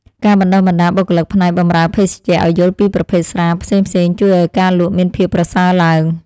ការបណ្តុះបណ្តាលបុគ្គលិកផ្នែកបម្រើភេសជ្ជៈឱ្យយល់ពីប្រភេទស្រាផ្សេងៗជួយឱ្យការលក់មានភាពប្រសើរឡើង។